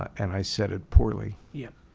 and i said it poorly yeah